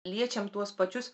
liečiam tuos pačius